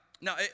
Now